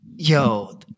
Yo